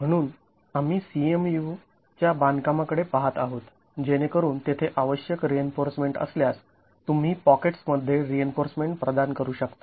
म्हणून आम्ही CMU च्या बांधकामाकडे पाहत आहोत जेणेकरून तेथे आवश्यक रिइन्फोर्समेंट असल्यास तुम्ही पॉकेट्स मध्ये रिइन्फोर्समेंट प्रदान करू शकता